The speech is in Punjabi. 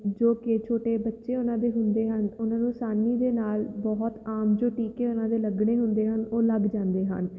ਜੋ ਕਿ ਛੋਟੇ ਬੱਚੇ ਉਹਨਾਂ ਦੇ ਹੁੰਦੇ ਹਨ ਉਹਨਾਂ ਨੂੰ ਅਸਾਨੀ ਦੇ ਨਾਲ ਬਹੁਤ ਆਮ ਜੋ ਟੀਕੇ ਉਹਨਾਂ ਦੇ ਲੱਗਣੇ ਹੁੰਦੇ ਹਨ ਉਹ ਲੱਗ ਜਾਂਦੇ ਹਨ